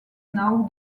now